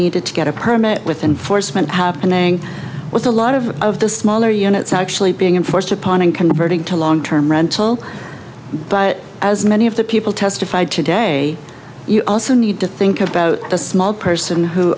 needed to get a permit with enforcement happening with a lot of of the smaller units actually being enforced upon in converting to long term rental but as many of the people testified today you also need to think about a small person who